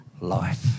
life